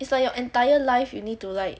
is like your entire life you need to like